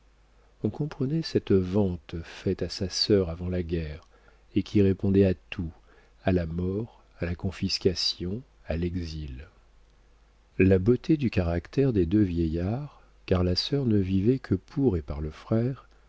on comprenait cette vente faite à sa sœur avant la guerre et qui répondait à tout à la mort à la confiscation à l'exil la beauté du caractère des deux vieillards car la sœur ne vivait que pour et par le frère